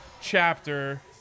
chapter